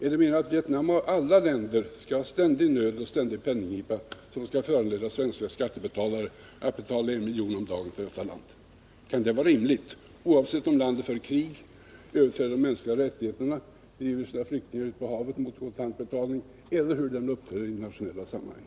Är det meningen att Vietnam av alla länder skall ha ständig nöd och ständig penningknipa som skall föranleda svenska skattebetalare att betala 1 miljon om dagen till detta land? Kan det vara rimligt; oavsett om landet för krig, överträder de regler som gäller för de mänskliga rättigheterna, driver flyktingar från landet ut på havet mot kontant betalning, eller hur landet än uppträder i internationella sammanhang?